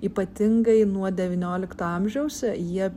ypatingai nuo devyniolikto amžiaus jie